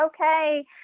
okay